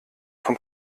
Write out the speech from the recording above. vom